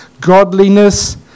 godliness